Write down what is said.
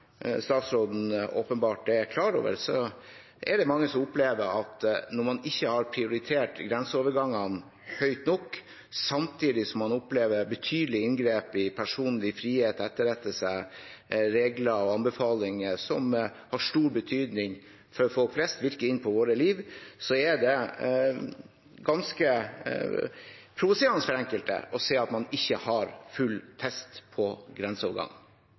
statsråden åpenbart er klar over, er det slik at når man opplever betydelige inngrep i personlig frihet, retter seg etter regler og anbefalinger som har stor betydning for folk flest, og som virker inn på våre liv, er det ganske provoserende for enkelte å se at man ikke har prioritert grenseovergangene høyt nok, at man ikke har full testing på